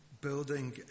building